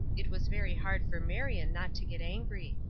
it was very hard for marion not to get angry.